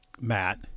Matt